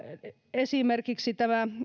esimerkiksi tämä